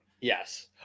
yes